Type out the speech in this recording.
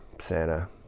Santa